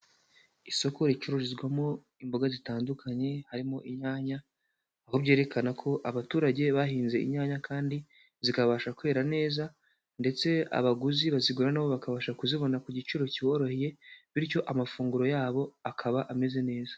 Isoko ricururizwamo imboga zitandukanye harimo inyanya, aho byerekana ko abaturage bahinze inyanya kandi zikabasha kwera neza ndetse abaguzi bazigura na bo bakabasha kuzibona ku giciro kiboroheye bityo amafunguro yabo akaba ameze neza.